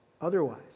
otherwise